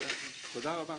תודה רבה.